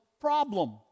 problem